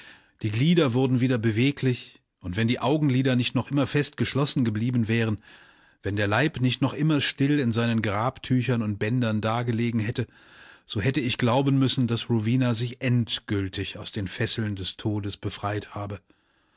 die glieder wurden wieder beweglich und wenn die augenlider nicht noch immer fest geschlossen geblieben wären wenn der leib nicht noch immer still in seinen grabtüchern und bändern dagelegen hätte so hätte ich glauben müssen daß rowena sich endgültig aus den fesseln des todes befreit habe